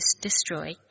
destroy